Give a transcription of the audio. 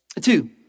Two